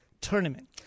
tournament